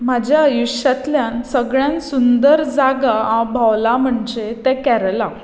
म्हाज्या आयुश्यांतल्यान सगल्यान सुंदर जागा हांव भोंवलां म्हणजे तें कॅरला